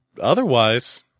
otherwise